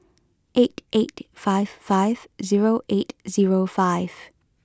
eight eight five five zero eight zero five